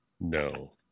no